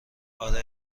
آره